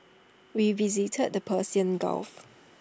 we visited the Persian gulf